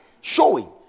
showing